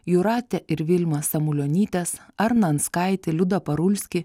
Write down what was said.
jūratę ir vilmą samulionytes arną anskaitį liudą parulskį